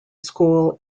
school